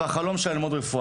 החלום שלה הוא ללמוד רפואה.